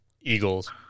Eagles